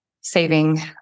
saving